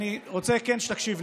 אני רוצה שתקשיב,